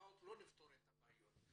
בסיסמאות לא פותרים בעיות.